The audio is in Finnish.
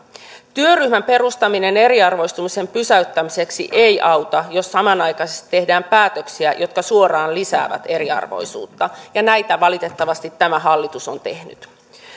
työryhmän perustaminen eriarvoistumisen pysäyttämiseksi ei auta jos samanaikaisesti tehdään päätöksiä jotka suoraan lisäävät eriarvoisuutta ja näitä valitettavasti tämä hallitus on tehnyt